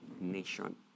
nation